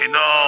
no